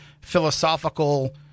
philosophical